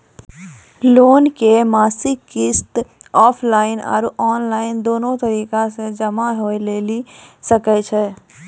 Loan के मासिक किस्त ऑफलाइन और ऑनलाइन दोनो तरीका से जमा होय लेली सकै छै?